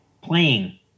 playing